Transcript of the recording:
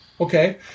Okay